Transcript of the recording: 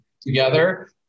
together